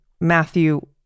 Matthew